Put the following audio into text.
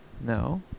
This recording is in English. No